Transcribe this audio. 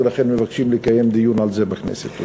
ולכן מבקשים לקיים דיון על זה בכנסת.